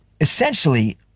Essentially